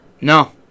No